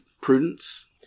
prudence